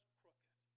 crooked